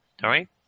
Sorry